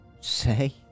Say